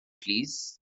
plîs